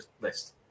list